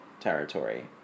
territory